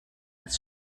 das